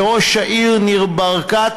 וראש העיר ניר ברקת,